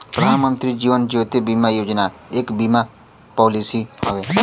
प्रधानमंत्री जीवन ज्योति बीमा योजना एक बीमा पॉलिसी हौ